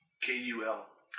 k-u-l